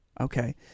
Okay